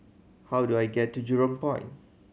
how do I get to Jurong Point